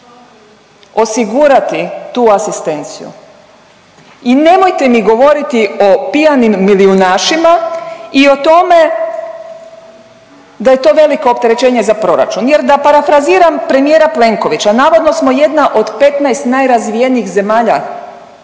osigurati tu asistenciju i nemojte mi govoriti o pijanim milijunašima i o tome da je to veliko opterećenje za proračuna jer da parafraziram premijer Plenkovića, navodno smo jedna od 15 najrazvijenijih zemalja